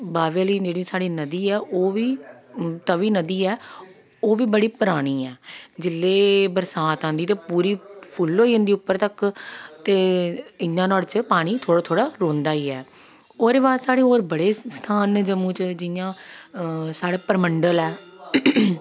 बाह्वे आह्ली जेह्ड़ी साढ़ी नदी ऐ ओह् तवी नदी ऐ ओह् बी बड़ी परानी ऐ जिल्लै बरसांत आंदी ते पूरी फुल होई जंदी उप्पर तक ते इ'यां नुहाड़े त पानी थोह्ड़ा थोह्ड़ी रौंह्दा ही ऐ ओह्दे बाद साढ़े होर बड़े स्थान न जम्मू च जियां साढ़ै परमंडल ऐ